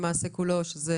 שזה